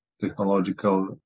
technological